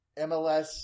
MLS